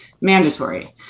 mandatory